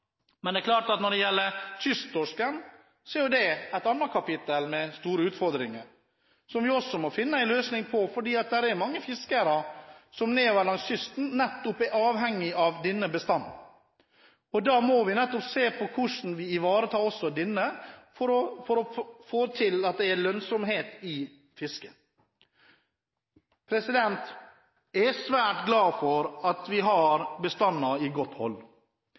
Men når det gjelder kysttorsken, er det et kapittel med store utfordringer som vi også må finne løsning på. Det er mange fiskere nedover langs kysten som nettopp er avhengige av denne bestanden. Da må vi se på hvordan vi ivaretar også denne for å få lønnsomhet i fisket. Jeg er svært glad for at vi har bestander i godt hold. Jeg er svært glad for at vi har et godt